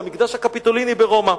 למקדש הקפיטוליני ברומא.